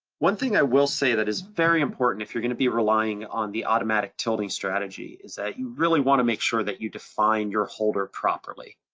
one thing i will say that is very important if you're gonna be relying on the automatic tilting strategy is that you really wanna make sure that you define your holder properly.